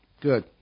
Good